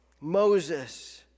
Moses